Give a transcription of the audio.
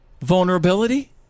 Vulnerability